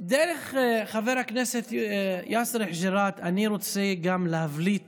דרך חבר הכנסת יאסר חוג'יראת אני רוצה גם להבליט